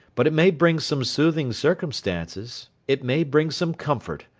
but it may bring some soothing circumstances it may bring some comfort.